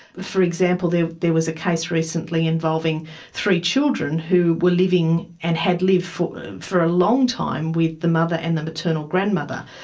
for example, there there was a case recently involving three children who were living and had lived for for a long time with the mother and the maternal grandmother.